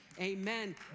Amen